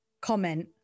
comment